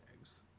eggs